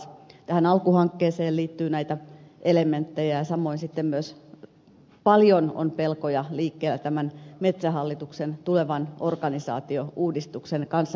tähän alku hankkeeseen liittyy näitä elementtejä ja samoin myös paljon on pelkoja liikkeellä metsähallituksen tulevan organisaatiouudistuksen kanssa